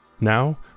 Now